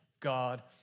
God